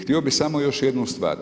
Htio bih samo još jednu stvar.